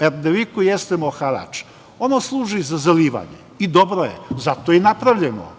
Erdeviku jeste Moharač. Ono služi za zalivanje i dobro je, zato je i napravljeno.